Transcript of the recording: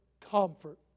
comfort